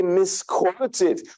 misquoted